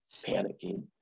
panicking